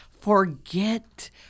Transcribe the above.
forget